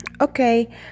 okay